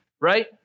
right